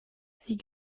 sie